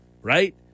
right